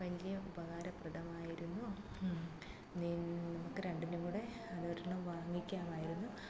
വലിയ ഉപകാരപ്രദമായിരുന്നു നിനക്ക് രണ്ടിനും കൂടെ അതൊരെണ്ണം വാങ്ങിക്കാമായിരുന്നു